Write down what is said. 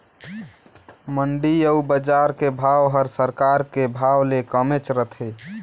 मंडी अउ बजार के भाव हर सरकार के भाव ले कमेच रथे